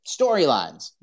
Storylines